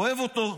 אוהב אותו.